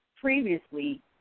previously